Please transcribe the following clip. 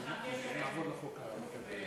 יש לך קשר עם גוף דמוקרטי?